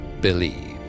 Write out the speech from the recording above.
believe